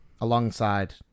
alongside